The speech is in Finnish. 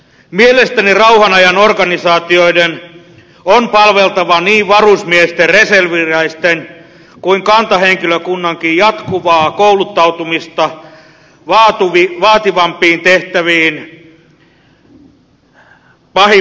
mielestäni rauhanajan organisaatioiden on palveltava niin varusmiesten reserviläisten kuin kantahenkilökunnankin jatkuvaa kouluttautumista vaativampiin tehtäviin pahimman varalta